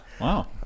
Wow